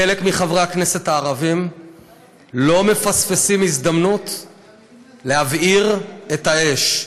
חלק מחברי הכנסת הערבים לא מפספסים הזדמנות להבעיר את האש.